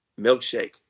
Milkshake